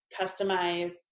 customize